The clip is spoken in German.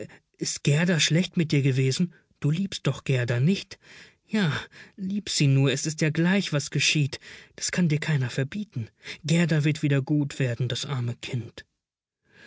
ist gerda schlecht mit dir gewesen du liebst doch gerda nicht ja lieb sie nur es ist ja gleich was geschieht das kann dir keiner verbieten gerda wird wieder gut werden das arme kind